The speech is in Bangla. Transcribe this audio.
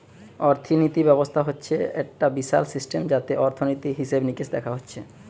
অর্থিনীতি ব্যবস্থা হচ্ছে একটা বিশাল সিস্টেম যাতে অর্থনীতি, হিসেবে নিকেশ দেখা হচ্ছে